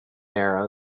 arrow